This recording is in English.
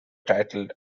titled